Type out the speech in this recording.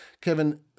Kevin